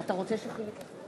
עשר דקות.